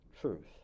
truth